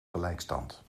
gelijkstand